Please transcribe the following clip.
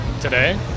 Today